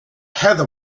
heather